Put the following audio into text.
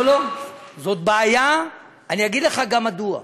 לא לא, זאת בעיה, אני אגיד לך גם מדוע.